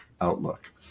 outlook